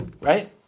Right